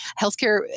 healthcare